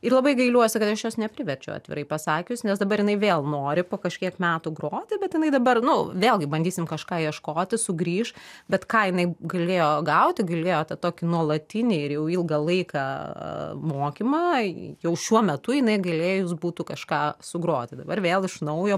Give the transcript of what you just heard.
ir labai gailiuosi kad aš jos nepriverčiau atvirai pasakius nes dabar jinai vėl nori po kažkiek metų groti bet jinai dabar nu vėlgi bandysim kažką ieškoti sugrįš bet ką jinai galėjo gauti galėjo tą tokį nuolatinį ir jau ilgą laiką a mokymą jau šiuo metu jinai galėjus būtų kažką sugroti dabar vėl iš naujo